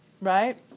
right